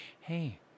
hey